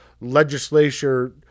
legislature